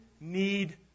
need